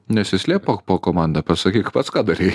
nesislėpk po po komanda pasakyk pats ką darei